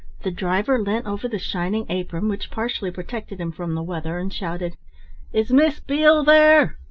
the driver leant over the shining apron which partially protected him from the weather, and shouted is miss beale there?